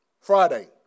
Friday